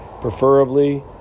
Preferably